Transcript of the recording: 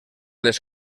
les